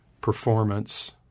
performance